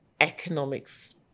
economics